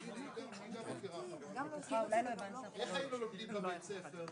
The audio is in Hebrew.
במקרה של פגיעה מינית במטופלים וגם זה לא מספיק.